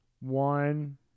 one